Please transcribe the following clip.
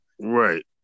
right